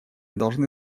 должны